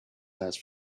last